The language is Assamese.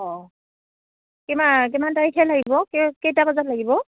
অঁ কিমান কিমান তাৰিখে লাগিব কেইটা বজাত লাগিব